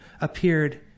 appeared